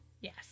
yes